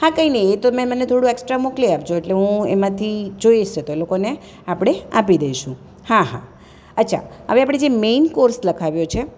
હા કંઈ નહિ એ તમે મને થોડું એકસ્ટ્રા મોકલી આપજો એટલે હું એમાંથી જોઈશ તો એ લોકોને આપણે આપી દઈશું હા હા અચ્છા હવે આપણે જે મેન કોર્સ લખાવ્યો છે